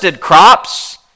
crops